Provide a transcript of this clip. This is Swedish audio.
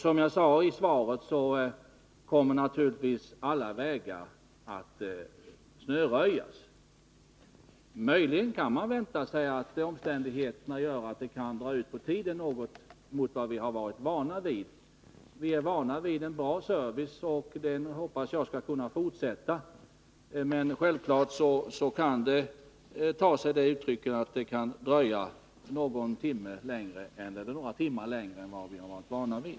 Som jag sade i svaret kommer naturligtvis alla vägar att snöröjas. Möjligen kan man vänta sig att omständigheterna gör att det kan dra ut på tiden något jämfört med vad vi varit vana vid. Vi är ju vana vid en bra service, och den hoppas jag skall kunna fortsätta. Men självfallet kan det dröja någon eller några timmar längre än vad vi varit vana vid.